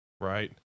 Right